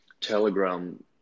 Telegram